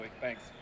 Thanks